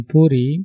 Puri